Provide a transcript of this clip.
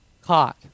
caught